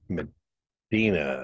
Medina